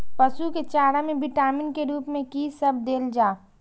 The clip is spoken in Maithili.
पशु के चारा में विटामिन के रूप में कि सब देल जा?